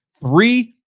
three